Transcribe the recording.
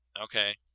Okay